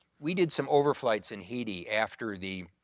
we did some over flights in haiti after the